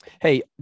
Hey